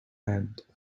hand